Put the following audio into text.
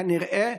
כנראה,